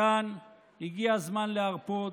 מתן, הגיע הזמן להרפות.